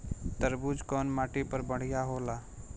तरबूज कउन माटी पर बढ़ीया होला?